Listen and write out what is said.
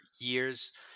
years